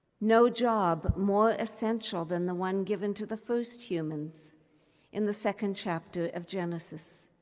no job more essential than the one given to the first humans in the second chapter of genesis,